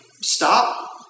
stop